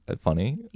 funny